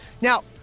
Now